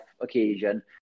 occasion